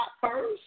first